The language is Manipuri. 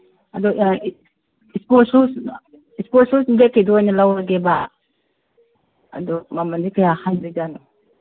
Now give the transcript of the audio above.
ꯑꯗꯣ ꯏꯁꯄꯣꯔꯠ ꯁꯨꯁ ꯏꯁꯄꯣꯔꯠ ꯁꯨꯁ ꯕ꯭ꯂꯦꯛꯀꯤꯗꯣ ꯑꯣꯏꯅ ꯂꯧꯔꯒꯦꯕ ꯑꯗꯣ ꯃꯃꯟꯗꯤ ꯀꯌꯥ ꯍꯥꯏꯗꯣꯏꯖꯥꯠꯅꯣ